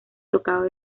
tocaba